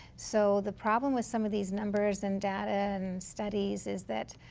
so the problem with some of these numbers and data and studies is that